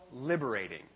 liberating